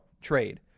trade